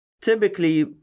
Typically